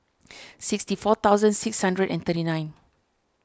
sixty four thousand six hundred and thirty nine